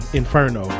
inferno